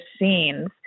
scenes